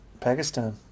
Pakistan